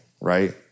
right